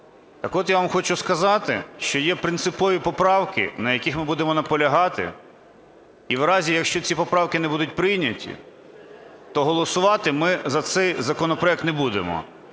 Так от, я вам хочу сказати, що є принципові поправки, на яких ми будемо наполягати. І в разі, якщо ці поправки не будуть прийняті, то голосувати ми за цей законопроект не будемо.